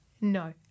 no